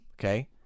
Okay